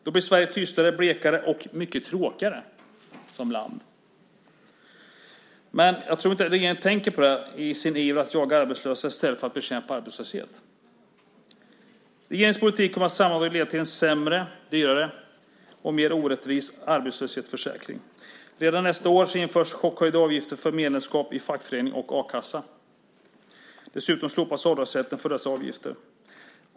Då blir Sverige tystare, blekare och mycket tråkigare som land. Men jag tror inte att regeringen tänker på det i sin iver att jaga arbetslösa i stället för att bekämpa arbetslöshet. Regeringens politik kommer sammantaget att leda till en sämre, dyrare och mer orättvis arbetslöshetsförsäkring. Redan nästa år införs chockhöjda avgifter för medlemskap i fackförening och a-kassa. Dessutom slopas avdragsrätten för dessa avgifter.